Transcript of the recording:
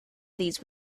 these